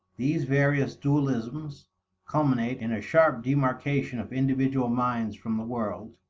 these various dualisms culminate in a sharp demarcation of individual minds from the world,